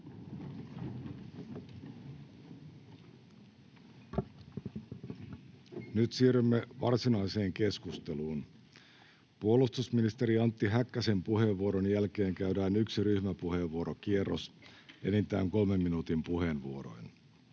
Nyt siirrymme varsinaiseen keskusteluun. Puolustusministeri Antti Häkkäsen puheenvuoron jälkeen käydään yksi ryhmäpuheenvuorokierros enintään kolmen minuutin puheenvuoroin.